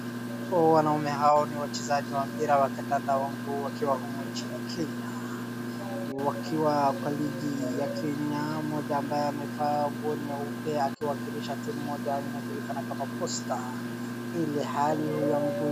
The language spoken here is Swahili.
Wanaume hao ni wachezaji wa mpira wa kandanda wa mguu wakiwa humu nchini Kenya. Wakiwa kwa ligi ya Kenya mmoja ambaye amevaa nguo nyeupe akiwakilisha timu moja inayojulikana kama Posta. Ilhali